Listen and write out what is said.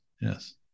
Yes